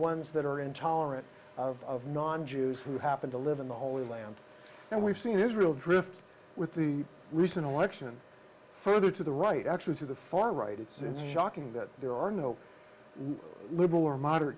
ones that are intolerant of non jews who happen to live in the holy land and we've seen israel drift with the recent election further to the right actually to the far right it's shocking that there are no liberal or mo